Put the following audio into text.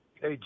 Hey